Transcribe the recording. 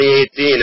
2018